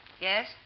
Yes